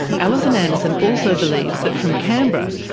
alison anderson also believes that from canberra,